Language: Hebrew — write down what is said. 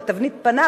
בתבנית פניו,